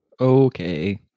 Okay